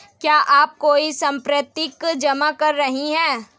क्या आप कोई संपार्श्विक जमा कर सकते हैं?